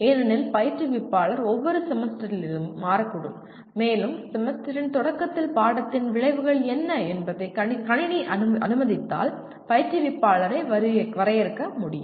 ஏனெனில் பயிற்றுவிப்பாளர் ஒவ்வொரு செமஸ்டரிலிரும் மாறக்கூடும் மேலும் செமஸ்டரின் தொடக்கத்தில் பாடத்தின் விளைவுகள் என்ன என்பதை கணினி அனுமதித்தால் பயிற்றுவிப்பாளரே வரையறுக்க முடியும்